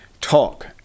talk